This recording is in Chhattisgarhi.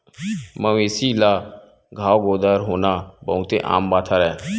मवेशी ल घांव गोदर होना बहुते आम बात हरय